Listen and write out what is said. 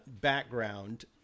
background